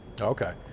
Okay